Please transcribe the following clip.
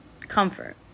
comfort